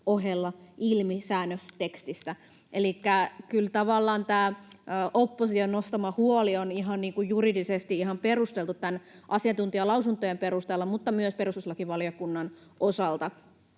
ohella ilmi säännöstekstistä”. Elikkä kyllä tavallaan tämä opposition nostama huoli on juridisesti ihan perusteltu asiantuntijalausuntojen perusteella, mutta myös perustuslakivaliokunnan osalta.